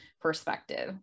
perspective